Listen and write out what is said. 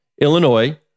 Illinois